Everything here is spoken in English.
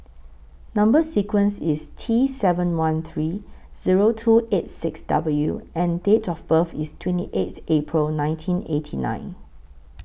Number sequence IS T seven one three Zero two eight six W and Date of birth IS twenty eighth April nineteen eighty nine